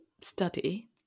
study